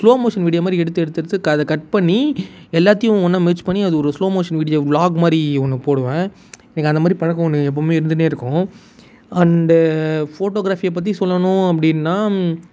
slow motion video மாதிரி எடுத்து எடுத்து எடுத்து அதை கட் பண்ணி எல்லாத்தையும் ஒன்னாக மெர்ஜ் பண்ணி அதை ஒரு ஸ்லோமோஷன் வீடியோ விலாக் மாதிரி ஒன்று போடுவேன் எனக்கு அந்த மாதிரி பழக்கம் ஒன்று எப்பவும் இருந்துன்னே இருக்கும் அண்டு ஃபோட்டோகிராஃபியை பற்றி சொல்லணும் அப்படின்னா